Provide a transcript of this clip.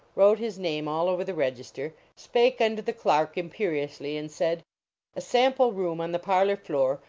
wrote his name all over the register, spake unto the dark imperiously, and said a sample-room on the parlor floor,